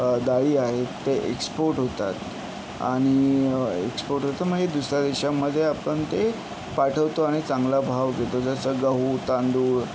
डाळी आहेत ते एक्सपोर्ट होतात आणि एक्सपोर्ट होतं म्हणजे दुसऱ्या देशातमध्ये आपण ते पाठवतो आणि चांगला भाव घेतो जसं गहू तांदूळ